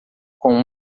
com